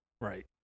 Right